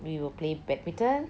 we will play badminton